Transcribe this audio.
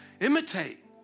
Imitate